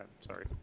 sorry